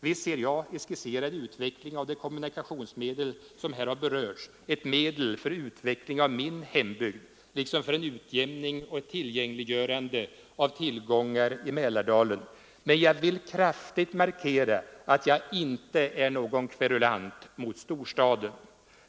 Visst ser jag i skisserad utveckling av det kommunikationsmedel som här har berörts ett medel för utveckling av min hembygd liksom för en utjämning och ett tillgängliggörande av tillgångar i Mälardalen, men jag vill kraftigt markera att jag inte är någon kverulant mot storstaden.